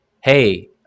hey